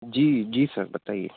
जी जी सर बताइए